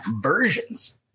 versions